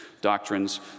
doctrines